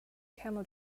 camel